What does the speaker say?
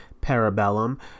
Parabellum